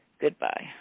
Goodbye